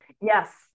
Yes